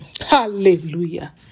hallelujah